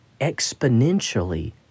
exponentially